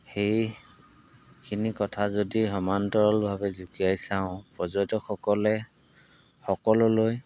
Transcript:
সেইখিনি কথা যদি সমান্তৰলভাৱে যুকীয়াই চাওঁ পৰ্যটকসকলে সকললৈ